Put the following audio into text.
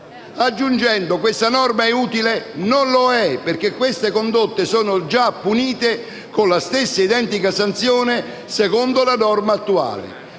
chiedendo: questa norma è utile? Non lo è, perché dette condotte sono già punite con la stessa identica sanzione secondo la norma attuale.